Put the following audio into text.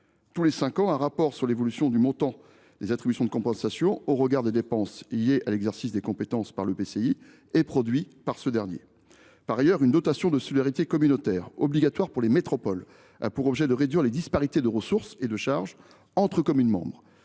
publie un rapport sur l’évolution du montant des attributions de compensation au regard des dépenses liées à l’exercice de ses compétences. Par ailleurs, la dotation de solidarité communautaire, qui est obligatoire pour les métropoles, a pour objet de réduire les disparités de ressources et de charges entre communes membres.